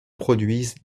produisent